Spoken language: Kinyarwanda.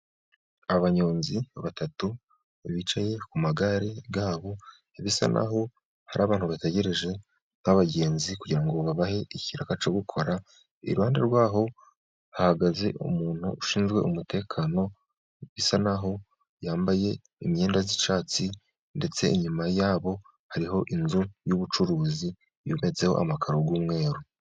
Abanyonzi batatu bicaye ku magare yabo, bisa n'aho hari abantu bategereje nk'abagenzi. Kugirango babahe ikiraka cyo gukora iruhande rw'aho bahagaze. Umuntu ushinzwe umutekano, bisa n'aho yambaye imyenda y'icyatsi ndetse inyuma yabo hariho inzu y'ubucuruzi yubatseho amakaro y'umweru.